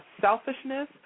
selfishness